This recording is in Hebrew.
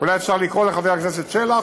אולי אפשר לקרוא לחבר הכנסת שלח,